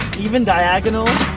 even diagonal.